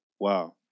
Wow